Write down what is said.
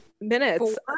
minutes